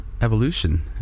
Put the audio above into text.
evolution